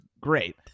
great